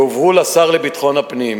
יועברו לשר לביטחון הפנים,